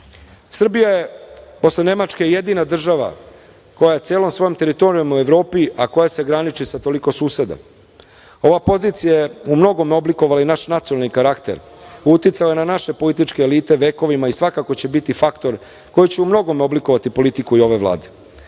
je posle Nemačke jedina država koja je celom svojom teritorijom u Evropi, a koja se graniči sa toliko suseda. Ova pozicija je u mnogome oblikovala i naš nacionalni karakter, uticala je na naše političke elite vekovima i svakako će biti faktor koji će u mnogome oblikovati politiku i ove Vlade. Ova